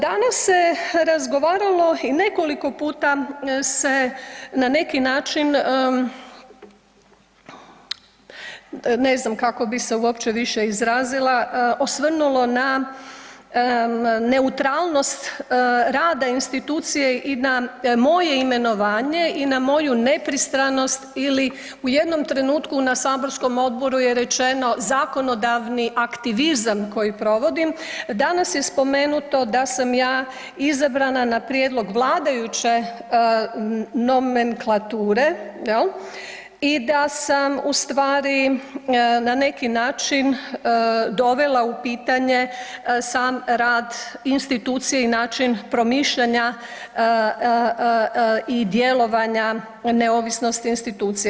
Danas se razgovaralo i nekoliko puta se na neki način, ne znam kako bi se uopće više izrazila osvrnulo na neutralnost rada institucije i na moje imenovanje i na moju nepristranost ili u jednom trenutku na saborskom odboru je rečeno, zakonodavni aktivizam koji provodim, danas je spomenuto da sam ja izabrana na prijedlog vladajuće nomenklature jel i da sam ustvari na neki način dovela u pitanje sam rad institucije i način promišljanja i djelovanja neovisnosti institucije.